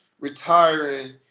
retiring